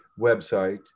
website